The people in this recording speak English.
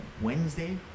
Wednesday